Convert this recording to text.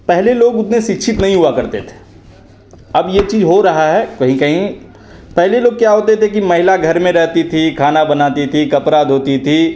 पहले लोग उतने शिक्षित नहीं हुआ करते थे अब यह चीज़ हो रहा है कहीं कहीं पहले लोग क्या होते थे कि महिला घर में रहती थी खाना बनाती थी कपड़ा धोती थी